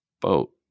boat